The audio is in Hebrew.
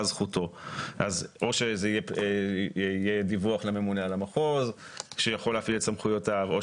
זכותו ואז יכול להיות דיווח לממונה על המחוז שיכול להפעיל את סמכויותיו.